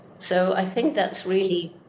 so i think that's really